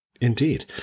indeed